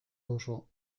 duzu